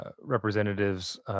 representatives